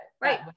right